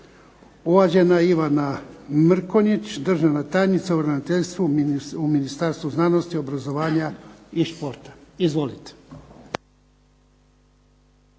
Uvažena Ivana Mrkonjić, državna tajnica u ravnateljstvu u Ministarstvu znanosti, obrazovanja i športa. Izvolite.